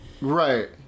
Right